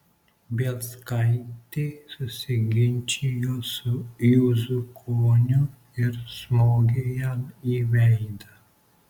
bielskaitė susiginčijo su juzukoniu ir smogė jam į veidą